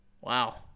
Wow